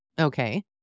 Okay